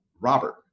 Robert